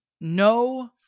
No